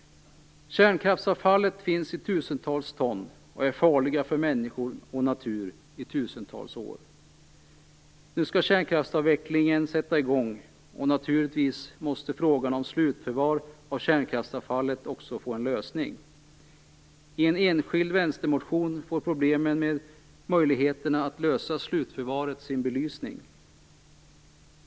Kärnkraftsavfallet finns i tusentals ton, och det är farligt för människor och natur i tusentals år. Nu skall kärnkraftsavvecklingen sätta i gång, och naturligtvis måste frågan om slutförvar av kärnkraftsavfallet också få en lösning. I en enskild vänstermotion får problemen med möjligheterna att lösa slutförvaret sin belysning.